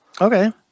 Okay